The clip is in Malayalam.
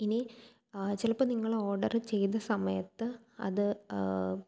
ഇനി ചിലപ്പോൾ നിങ്ങൾ ഓഡർ ചെയ്ത സമയത്ത് അത്